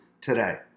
today